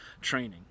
training